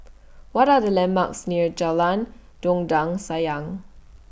What Are The landmarks near Jalan Dondang Sayang